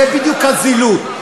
זה בדיוק הזילות.